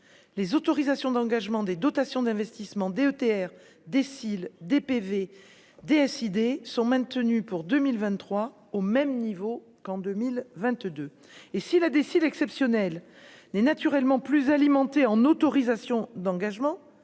les autorisations d'engagement des dotations d'investissement DETR décile DPV décidé sont maintenues pour 2000 23 au même niveau qu'en 2022 : et si la décide exceptionnel n'est naturellement plus alimentés en autorisations d'engagement,